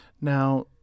Now